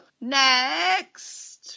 next –